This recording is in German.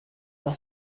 aus